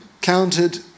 counted